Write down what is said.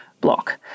block